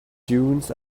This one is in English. dunes